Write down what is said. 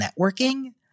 networking